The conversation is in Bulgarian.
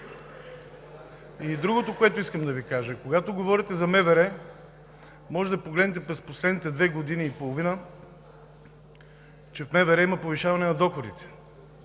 И другото, което искам да Ви кажа. Когато говорите за МВР, може да погледнете през последните две години и половина, че в МВР има повишаване на доходите,